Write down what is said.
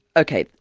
ok.